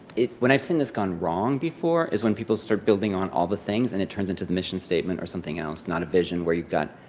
when i've seen this gone wrong before is when people start building on all the things, and it turns into the mission statement or something else. not a vision where you've got,